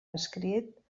escrit